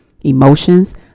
emotions